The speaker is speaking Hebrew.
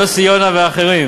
יוסי יונה ואחרים,